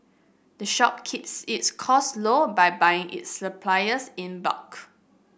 the shop keeps its costs low by buying its supplies in bulk